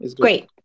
great